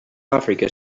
africa